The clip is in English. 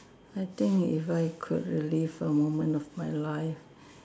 I think if I could relive a moment of my life